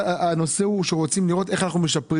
ההסדרים, איך זה השפיע